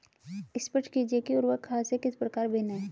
स्पष्ट कीजिए कि उर्वरक खाद से किस प्रकार भिन्न है?